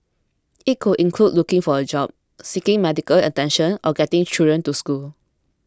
it could include looking for a job seeking medical attention or getting children to school